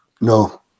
No